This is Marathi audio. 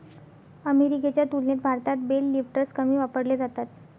अमेरिकेच्या तुलनेत भारतात बेल लिफ्टर्स कमी वापरले जातात